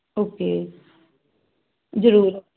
okay ਜਰੂਰ